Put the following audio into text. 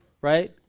Right